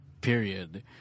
period